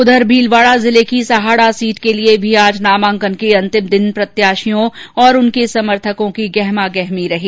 उधर भीलवाड़ा जिले की सहाड़ा सीट के लिये भी आज नामांकन के अंतिम दिन प्रत्याशियों और उनके समर्थकों की गहमागहमी रही